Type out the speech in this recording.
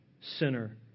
sinner